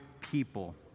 people